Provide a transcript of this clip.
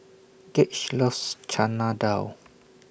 Gage loves Chana Dal